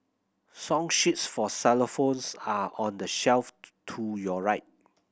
song sheets for xylophones are on the shelf to your right